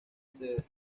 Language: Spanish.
sede